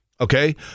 Okay